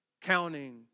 Counting